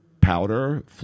powder